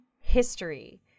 history